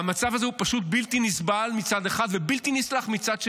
והמצב הזה הוא פשוט בלתי נסבל מצד אחד ובלתי נסלח מצד שני,